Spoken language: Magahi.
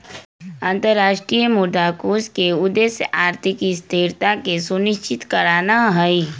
अंतरराष्ट्रीय मुद्रा कोष के उद्देश्य आर्थिक स्थिरता के सुनिश्चित करनाइ हइ